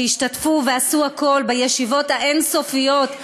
שהשתתפו ועשו הכול בישיבות האין-סופיות,